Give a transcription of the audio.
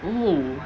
oo